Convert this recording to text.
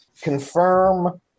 Confirm